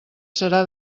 serà